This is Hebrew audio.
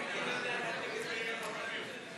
משרד המשפטים,